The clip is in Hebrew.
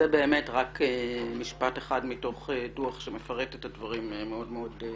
זה באמת רק משפט אחד מתוך דוח שמפרט את הדברים מאוד מאוד ביסודיות.